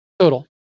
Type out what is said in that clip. Total